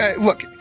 look